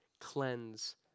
cleanse